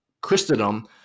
Christendom